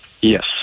Yes